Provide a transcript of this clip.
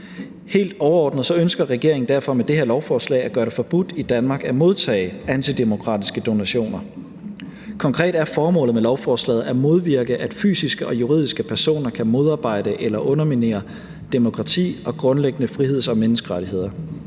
Helt overordnet ønsker regeringen derfor med det her lovforslag at gøre det forbudt i Danmark at modtage antidemokratiske donationer. Konkret er formålet med lovforslaget at modvirke, at fysiske og juridiske personer kan modarbejde eller underminere demokrati og grundlæggende friheds- og menneskerettigheder